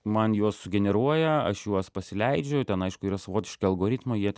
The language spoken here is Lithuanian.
man juos sugeneruoja aš juos pasileidžiu ten aišku yra savotiški algoritmai jie te